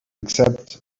accept